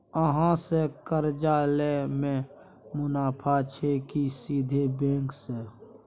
अहाँ से कर्जा लय में मुनाफा छै की सीधे बैंक से?